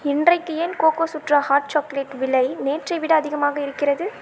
இன்றைக்கு ஏன் கோகோசுத்ரா ஹாட் சாக்லேட் விலை நேற்றை விட அதிகமாக இருக்கிறது